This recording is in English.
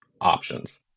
options